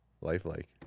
lifelike